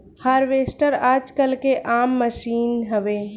harvester आजकल के आम मसीन हवे